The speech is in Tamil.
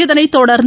இதனைத் தொடர்ந்து